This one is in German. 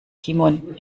timon